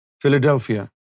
Philadelphia